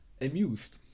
amused